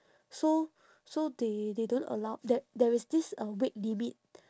so so they they don't allow there there is this uh weight limit